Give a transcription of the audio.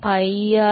by R